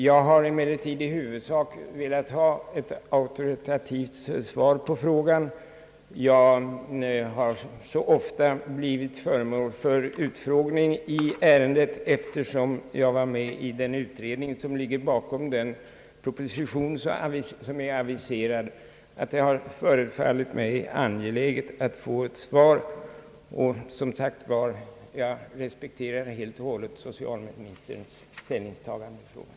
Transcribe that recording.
Jag har emellertid i huvudsak velat ha ett auktoritativt svar på min fråga. Jag har så ofta blivit föremål för utfrågning i ärendet, eftersom jag var med i den utredning som ligger bakom den aviserade propositionen, att det har förefallit mig angeläget att få ett svar. Jag respekterar helt och hållet socialministerns ställningstagande i frågan.